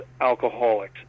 alcoholics